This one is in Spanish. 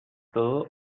todo